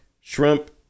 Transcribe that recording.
shrimp